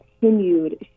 continued